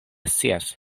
scias